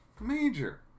major